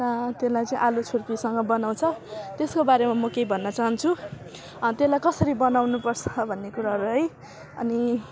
त्यसलाई चाहिँ आलु छुर्पीसँग बनाउँछ त्यसकोस्को बारेमा मो केही भन्न चाहन्छु त्यसलाई कसरी बनाउनु पर्छ भन्ने कुराहरू है अनि